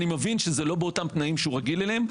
אני מבין שזה לא באותם תנאים שהוא רגיל אליהם,